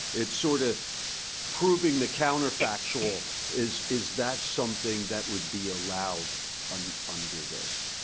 it's sort of proving the counter factual is is that something that would be allowed and under this?